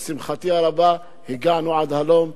לשמחתי הרבה הגענו עד הלום,